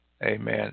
Amen